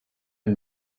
and